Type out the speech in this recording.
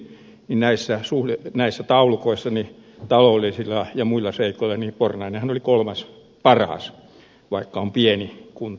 pornainenhan oli näissä taulukoissa taloudellisilla ja muilla seikoilla kolmanneksi paras vaikka se on pieni kunta